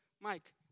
Mike